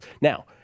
Now